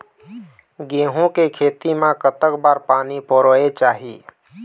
गेहूं के खेती मा कतक बार पानी परोए चाही?